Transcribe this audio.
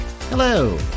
Hello